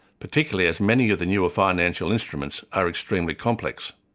particularly as many of the newer financial instruments are extremely complex.